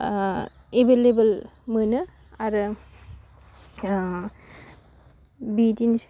available मोनो आरो बिदिनोसै